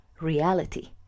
reality